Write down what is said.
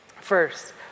first